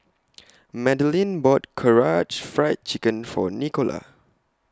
Madilyn bought Karaage Fried Chicken For Nicola